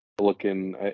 looking